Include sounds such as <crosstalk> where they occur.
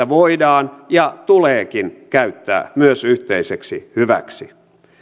<unintelligible> voidaan ja tuleekin käyttää myös yhteiseksi hyväksi